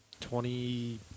Twenty